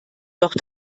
doch